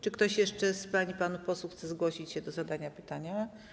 Czy ktoś jeszcze z pań i panów posłów chce zgłosić się do zadania pytania?